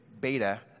beta